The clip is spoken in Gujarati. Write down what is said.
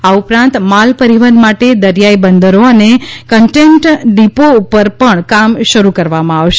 આ ઉપરાંત માલ પરિવહન માટે દરિયાઈ બંદરો અને કેન્ટેન્ટ ડીપો ઉપર પણ કામ શરૂ કરવામાં આવશે